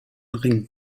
ring